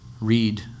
Read